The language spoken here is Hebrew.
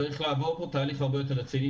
צריך לעבור פה תהליך הרבה יותר רציני.